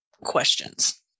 questions